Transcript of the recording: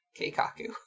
Keikaku